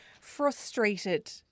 frustrated